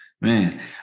man